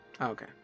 Okay